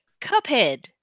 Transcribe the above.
Cuphead